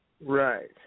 Right